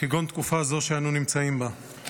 כגון תקופה זו שאנו נמצאים בה.